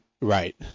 right